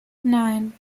nein